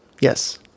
Yes